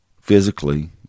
physically